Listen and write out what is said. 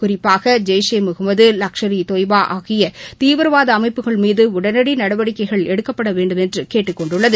குறிப்பாக ஜெய்ஷே முகமது லஷ்கர் ஈ தொய்பா ஆகிய தீவிரவாத அமைப்புகள் மீது உடனடி நடவடிக்கைகள் எடுக்கப்பட வேண்டுமென்று கேட்டுக் கொண்டுள்ளது